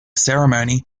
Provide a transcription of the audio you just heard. ceremony